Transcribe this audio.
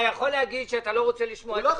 חבר הכנסת --- אמר שהוא רוצה להצביע רק איתך.